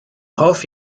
hoff